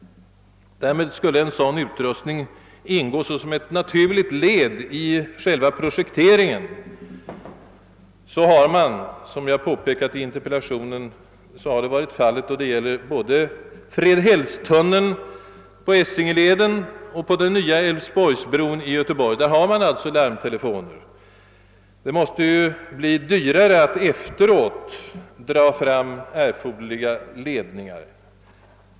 Sådan utrustning borde ingå som ett naturligt led i själva projekteringen. Så har, som jag påpekat i interpellationen, varit fallet med både Fredhällstunneln på Essingeleden och nya Älvsborgsbron i Göteborg; där har man alltså larmtelefoner. Det måste bli dyrare att efteråt dra erforderliga ledningar.